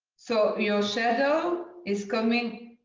so your shadow is coming